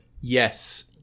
Yes